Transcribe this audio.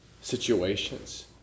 situations